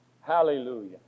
Hallelujah